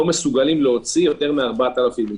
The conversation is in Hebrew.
לא מסוגלים להוציא יותר מ-4,000 איש.